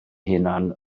hunain